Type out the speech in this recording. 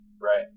right